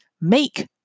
make